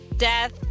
death